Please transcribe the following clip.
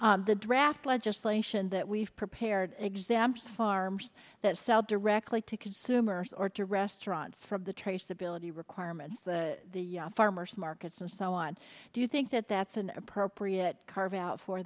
question the draft legislation that we've prepared exams farms that sell directly to consumers or to restaurants from the traceability requirement to the farmers markets and so on do you think that that's an appropriate carve out for